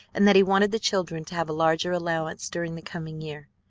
and that he wanted the children to have a larger allowance during the coming year.